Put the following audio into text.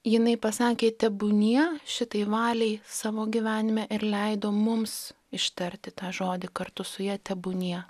jinai pasakė tebūnie šitai valiai savo gyvenime ir leido mums ištarti tą žodį kartu su ja tebūnie